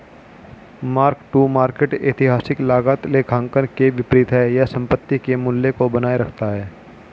mark to market ऐतिहासिक लागत लेखांकन के विपरीत है यह संपत्ति के मूल्य को बनाए रखता है